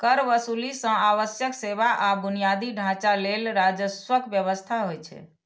कर वसूली सं आवश्यक सेवा आ बुनियादी ढांचा लेल राजस्वक व्यवस्था होइ छै